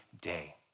day